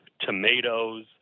tomatoes